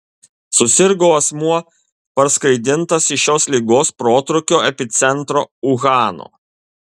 susirgo asmuo parskraidintas iš šios ligos protrūkio epicentro uhano